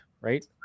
right